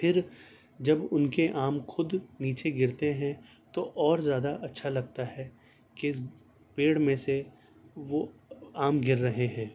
پھر جب اُن کے آم خود نیچے گرتے ہیں تو اور زیادہ اچھا لگتا ہے کہ پیڑ میں سے وہ آم گر رہے ہیں